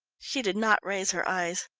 she did not raise her eyes.